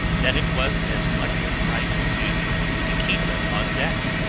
that it was as much as i could do to keep him on deck.